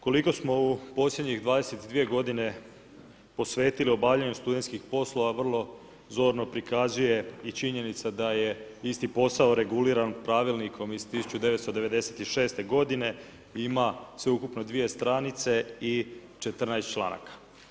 Koliko smo u posljednjih 22 godine posvetili obavljanju studentskih poslova, vrlo zorno prikazuje i činjenica da je isti posao reguliran Pravilnikom iz 1996. godine, ima sveukupno 2 stranice i 14 članaka.